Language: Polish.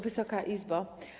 Wysoka Izbo!